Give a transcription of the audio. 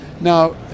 Now